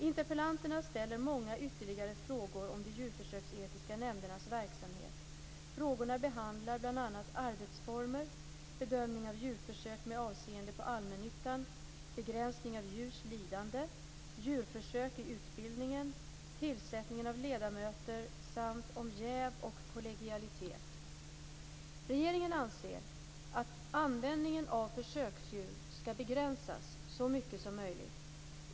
Interpellanterna ställer många ytterligare frågor om de djuretiska nämndernas verksamhet. Frågorna behandlar bl.a. arbetsformer, bedömning av djurförsök med avseende på allmännyttan, begränsning av djurs lidande, djurförsök i utbildningen, tillsättningen av ledamöter samt om jäv och kollegialitet. Regeringen anser att användningen av försöksdjur skall begränsas så mycket som möjligt.